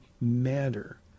matter